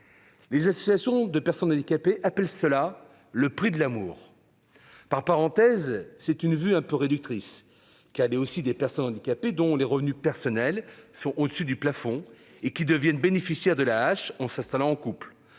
Les associations de personnes handicapées appellent cela « le prix de l'amour ». Entre parenthèses, c'est une vue quelque peu réductrice, car certaines personnes handicapées, dont les revenus personnels sont au-dessus du plafond, deviennent bénéficiaires de l'AAH, en s'installant en couple